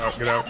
um good